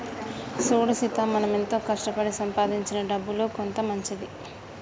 సూడు సీత మనం ఎంతో కష్టపడి సంపాదించిన డబ్బులో కొంత మంచిది